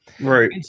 Right